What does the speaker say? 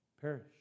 perish